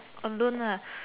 alone